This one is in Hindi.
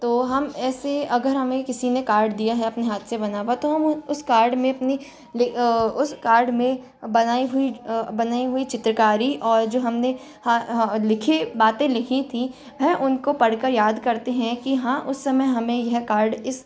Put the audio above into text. तो हम ऐसे अगर हमें किसी ने कार्ड दिया है अपने हाथ से बना हुआ तो हम उस कार्ड में अपनी उस कार्ड मे बनाई हुई बनाई हुई चित्रकारी और जो हमने लिखे बाते लिखी थी है उनको पढ़कर याद करते हैं कि हाँ उस समय हमें यह कार्ड इस